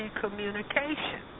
communication